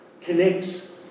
connects